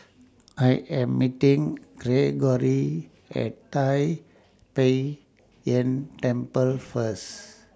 I Am meeting Greggory At Tai Pei Yuen Temple First